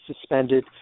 suspended